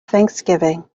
thanksgiving